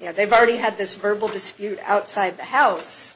you know they've already had this verbal dispute outside the house